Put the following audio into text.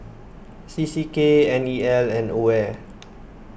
C C K N E L and Aware